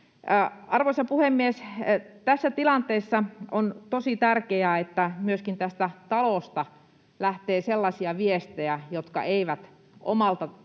Arvoisa puhemies! Tässä tilanteessa on tosi tärkeää myöskin, että tästä talosta lähtee sellaisia viestejä, jotka eivät omalta osaltaan